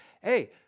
Hey